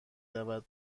رود